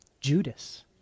Judas